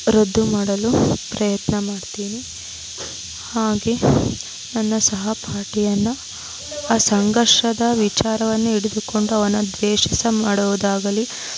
ರದ್ದು ಮಾಡಲು ಪ್ರಯತ್ನ ಮಾಡ್ತೀನಿ ಹಾಗೆ ನನ್ನ ಸಹಪಾಠಿಯನ್ನು ಆ ಸಂಘರ್ಷದ ವಿಚಾರವನ್ನು ಹಿಡಿದುಕೊಂಡು ಅವನ ದ್ವೇಷ ಮಾಡುದಾಗಲಿ